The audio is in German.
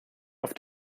auf